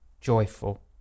joyful